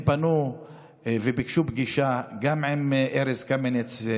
הם פנו וביקשו פגישה גם עם ארז קמיניץ,